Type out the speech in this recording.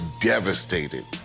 devastated